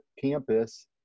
campus